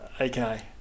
Okay